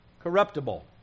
Corruptible